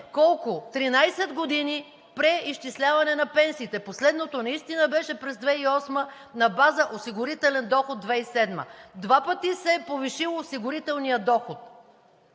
колко – 13 години преизчисляване на пенсиите. Последното наистина беше през 2008 г. на база осигурителен доход 2007 г. Два пъти се е повишил осигурителният доход